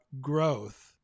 growth